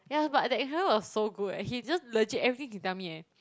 ya but that instructor was so good eh he just legit everything he tell me eh